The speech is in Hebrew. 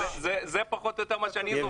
זה פחות או יותר מה שאני זוכר.